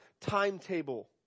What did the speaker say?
timetable